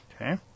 Okay